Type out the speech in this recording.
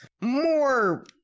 more